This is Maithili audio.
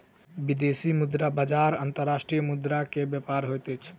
विदेशी मुद्रा बजार अंतर्राष्ट्रीय मुद्रा के व्यापार होइत अछि